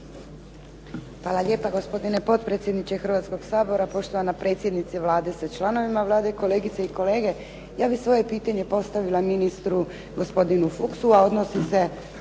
Hvala lijepa gospodine potpredsjedniče Hrvatskog sabora, poštovana predsjednice Vlade sa članovima Vlade i kolegice i kolege. Ja bi svoje pitanje postavila ministru gospodinu Fuchsu, a odnosi se